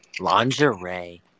Lingerie